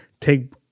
take